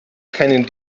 keinen